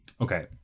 Okay